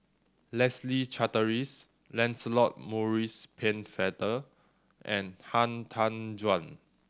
Leslie Charteris Lancelot Maurice Pennefather and Han Tan Juan